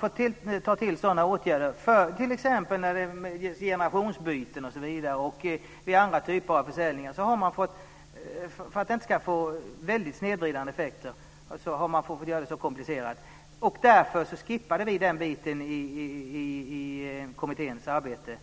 Vid generationsbyten och andra typer av försäljningar har man för att inte få väldigt snedvridande effekter fått göra det så komplicerat. Därför skippade vi den biten i kommitténs arbete.